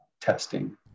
testing